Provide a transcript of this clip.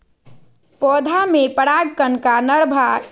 पौधा में पराग कण का नर भाग परागकण कहावो हइ